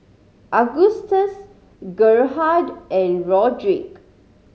Augustus Gerhardt and Rodrick